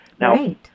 Now